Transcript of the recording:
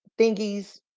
thingies